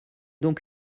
donc